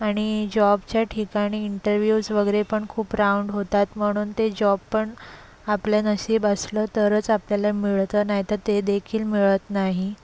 आणि जॉबच्या ठिकाणी इंटरव्ह्यूज वगैरे पण खूप राउंड होतात म्हणून ते जॉब पण आपलं नशीब असलं तरच आपल्याला मिळतं नाहीतर ते देखील मिळत नाही